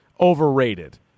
overrated